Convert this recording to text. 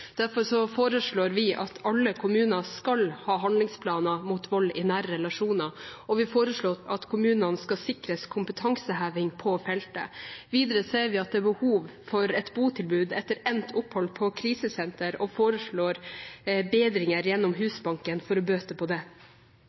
Derfor foreslår vi at alle kommuner skal ha handlingsplaner mot vold i nære relasjoner, og vi foreslår at kommunene skal sikres kompetanseheving på feltet. Videre ser vi at det er behov for et botilbud etter endt opphold på krisesenter og foreslår bedringer gjennom Husbanken for å bøte på det.